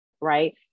right